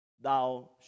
thou